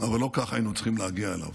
אבל לא ככה היינו צריכים להגיע אליו.